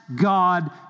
God